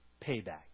Payback